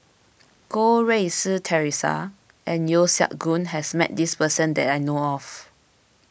Goh Rui Si theresa and Yeo Siak Goon has met this person that I know of